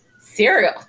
Cereal